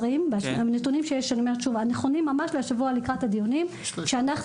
הנתונים הנכונים ממש להשבוע לקראת הדיונים כשאנחנו